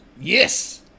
Yes